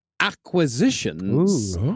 acquisitions